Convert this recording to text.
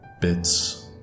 bits